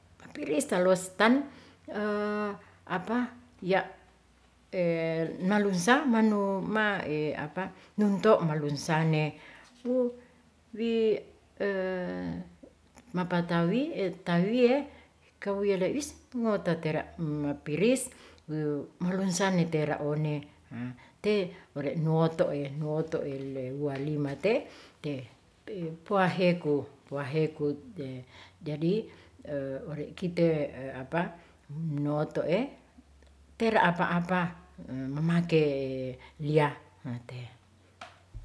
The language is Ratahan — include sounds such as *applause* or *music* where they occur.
Napiris talostan *hesitation* iya' malunsang *hesitation* nunto malunsang ne wo wi *hesitation* mapatawi tawie, kawielewis ngototera' mapiris malunsange tera one, te ore' nuotoe nuotoe elewalima te, te puaheku. *hesitation* jadi ore' kite nuotoe tera apa-apa mamake lia.